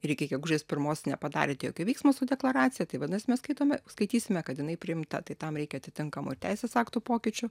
ir iki gegužės pirmos nepadarėte jokio veiksmo su deklaracija tai vadinasi mes skaitome skaitysime kad inai priimta tai tam reikia atitinkamų ir teisės aktų pokyčių